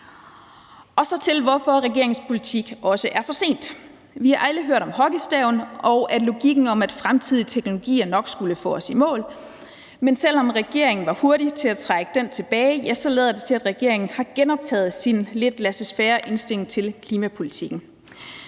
noget om, hvorfor regeringens politik også er for sent: Vi har alle hørt om hockeystaven og om logikken om, at fremtidige teknologier nok skulle få os i mål. Men selv om regeringen var hurtig til at trække den tilbage, så lader det til, at regeringen har genoptaget sin lidt laissez faire indstilling til klimapolitikken.